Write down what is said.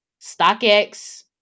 StockX